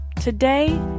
today